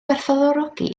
gwerthfawrogi